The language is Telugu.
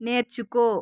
నేర్చుకో